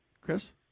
Chris